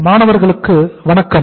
மாணவர்களுக்கு வணக்கம்